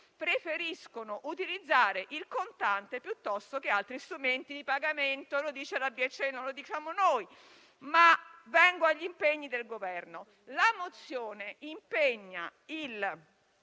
preferiscono utilizzare il contante piuttosto che altri strumenti di pagamento. Questo lo dice la BCE, non lo diciamo noi. Vengo agli impegni del Governo. La mozione impegna il